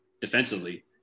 defensively